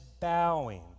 bowing